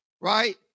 right